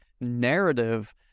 narrative